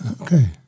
Okay